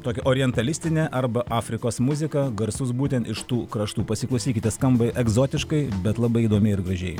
tokią orientalistinę arba afrikos muziką garsus būtent iš tų kraštų pasiklausykite skamba egzotiškai bet labai įdomiai ir gražiai